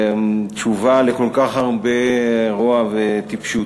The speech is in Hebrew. תשובה לכל כך הרבה רוע וטיפשות.